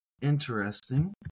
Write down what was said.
interesting